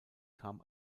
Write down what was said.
kam